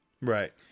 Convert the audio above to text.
Right